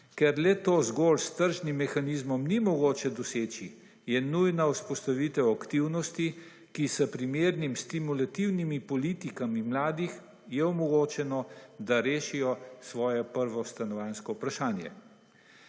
Ker le to zgolj s tržnim mehanizmom ni mogoče doseči, je nujna vzpostavitev aktivnosti, ki s primernim stimulativnimi politikami mladih je omogočeno, da rešijo svoje prvo stanovanjsko vprašanje.